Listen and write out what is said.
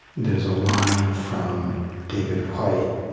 there's a line from david whyte,